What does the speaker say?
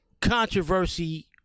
controversy